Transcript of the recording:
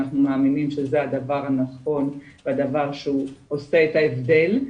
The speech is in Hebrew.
אנחנו מאמינים שזה הדבר הנכון והדבר שהוא עושה את ההבדל,